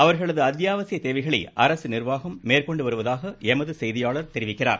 அவர்களது அத்தியாவசியத் தேவைகளை அரசு நிர்வாகம் வருவதாக எமது செய்தியாளர் தெரிவிக்கிறார்